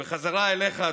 ובחזרה אליך,